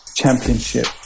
championship